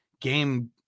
game –